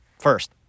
first